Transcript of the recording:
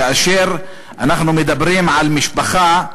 כאשר אנחנו מדברים על משפחה,